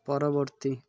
ପରବର୍ତ୍ତୀ